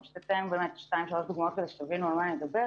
ואני פשוט אציין באמרת שתיים-שלוש דוגמאות כדי שתבינו על מה אני מדברת.